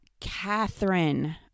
Catherine